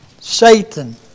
Satan